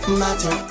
matter